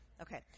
Okay